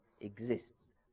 exists